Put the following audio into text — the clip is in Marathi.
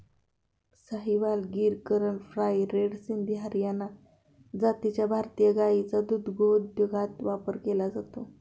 साहिवाल, गीर, करण फ्राय, रेड सिंधी, हरियाणा जातीच्या भारतीय गायींचा दुग्धोद्योगात वापर केला जातो